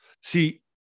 See